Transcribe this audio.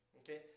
okay